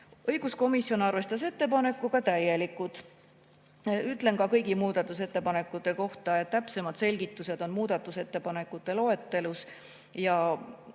Õiguskomisjon arvestas ettepanekut täielikult. Ütlen kõigi muudatusettepanekute kohta, et täpsemad selgitused on muudatusettepanekute loetelus ja